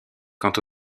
quant